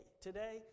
today